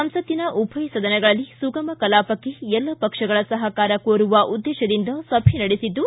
ಸಂಸತ್ತಿನ ಉಭಯ ಸದನಗಳಲ್ಲಿ ಸುಗಮ ಕಲಾಪಕ್ಷೆ ಎಲ್ಲ ಪಕ್ಷಗಳ ಸಹಕಾರ ಕೋರುವ ಉದ್ದೇಶದಿಂದ ಸಭೆ ನಡೆಸಿದ್ದು